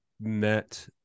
met